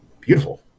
beautiful